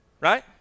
right